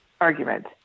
argument